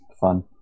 fun